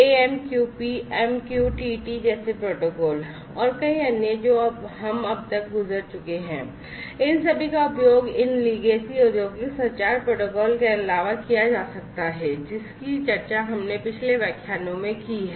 AMQP MQTT जैसे protocol और कई अन्य जो हम अब तक गुजर चुके हैं इन सभी का उपयोग इन legacy औद्योगिक संचार प्रोटोकॉल के अलावा किया जा सकता है जिसकी चर्चा हमने पिछले व्याख्यानों में की है